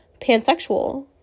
pansexual